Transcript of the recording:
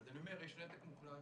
אני אומר: יש נתק מוחלט.